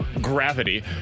gravity